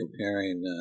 comparing